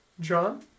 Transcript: John